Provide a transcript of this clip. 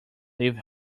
leave